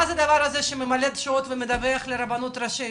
מה זה שהוא ממלא שעות ומדווח לרבנות הראשית.